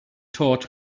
taught